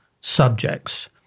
subjects